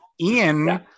Ian